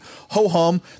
ho-hum